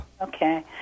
Okay